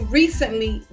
recently